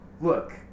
look